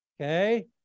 Okay